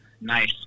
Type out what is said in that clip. Nice